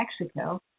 Mexico